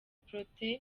protais